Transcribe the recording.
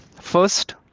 First